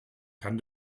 kann